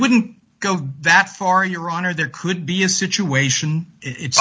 wouldn't go that far your honor there could be a situation it's